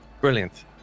Brilliant